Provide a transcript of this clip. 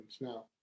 now